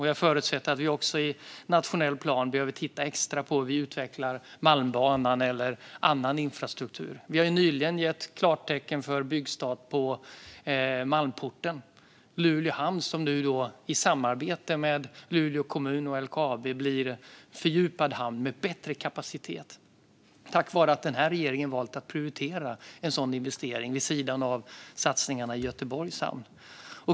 Jag förutsätter att vi i nationell plan behöver titta extra på hur vi kan utveckla Malmbanan och annan infrastruktur. Vi har nyligen gett klartecken för byggstart för Malmporten i Luleå hamn, som nu i samarbete med Luleå kommun och LKAB blir en fördjupad hamn med bättre kapacitet tack vare att den här regeringen valt att prioritera en sådan investering vid sidan av satsningarna i Göteborgs hamn.